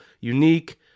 unique